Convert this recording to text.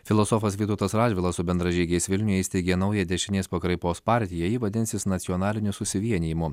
filosofas vytautas radžvilas su bendražygiais vilniuje įsteigė naują dešinės pakraipos partiją ji vadinsis nacionaliniu susivienijimu